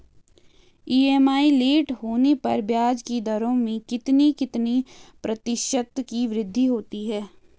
EMI late होने पर ब्याज की दरों में कितने कितने प्रतिशत की वृद्धि होती है?